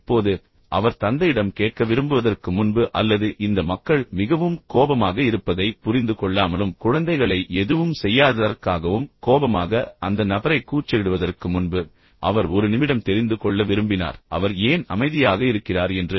இப்போது அவர் தந்தையிடம் கேட்க விரும்புவதற்கு முன்பு அல்லது இந்த மக்கள் மிகவும் கோபமாக இருப்பதை புரிந்து கொள்ளாமலும் குழந்தைகளை எதுவும் செய்யாததற்காகவும் கோபமாக அந்த நபரைக் கூச்சலிடுவதற்கு முன்பு அவர் ஒரு நிமிடம் தெரிந்து கொள்ள விரும்பினார் அவர் ஏன் அமைதியாக இருக்கிறார் என்று